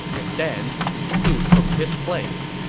and then lu su took his place.